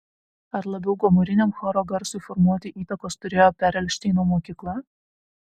ar labiau gomuriniam choro garsui formuoti įtakos turėjo perelšteino mokykla